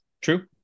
true